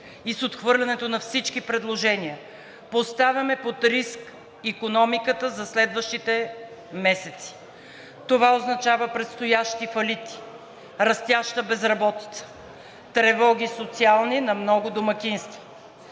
и с отхвърлянето на всички предложения поставяме под риск икономиката за следващите месеци. Това означава предстоящи фалити, растяща безработица, социални тревоги на много домакинства.